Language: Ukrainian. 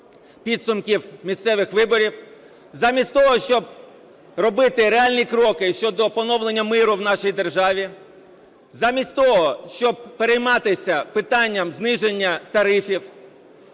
підсумків місцевих виборів, замість того, щоб робити реальні кроки щодо поновлення миру в нашій державі, замість того, щоб перейматися питанням зниження тарифів,